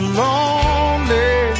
lonely